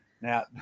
now